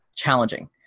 challenging